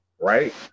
right